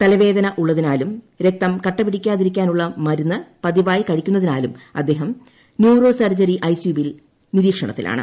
തലവേദന യുള്ളതിനാലും രക്തം കട്ടപിടിക്കാതിരിക്കാനുള്ള മരുന്ന് പതിവായി കഴിക്കു ന്നതിനാലും അദ്ദേഹം ന്യൂറോ സർജറി ഐസിയുവിൽ നിരീക്ഷണത്തിലാണ്